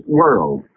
world